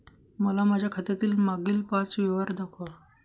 मला माझ्या खात्यातील मागील पांच व्यवहार दाखवा